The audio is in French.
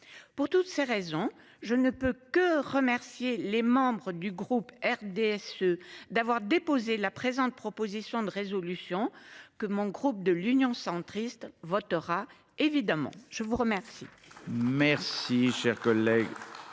Pour toutes ces raisons, je ne peux que remercier les membres du groupe RDSE d'avoir déposé la présente proposition de résolution que mon groupe de l'Union centriste votera évidemment je vous remercie.